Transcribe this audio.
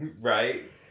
Right